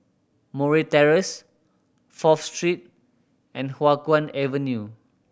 Murray Terrace Fourth Street and Hua Guan Avenue